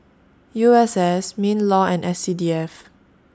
U S S MINLAW and S C D F